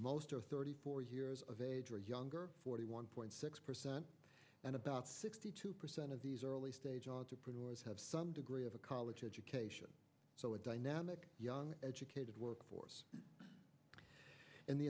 most are thirty four years of age or younger forty one point six percent and about sixty two percent of these early stage entrepreneurs have some degree of a college education so a dynamic young educated workforce in the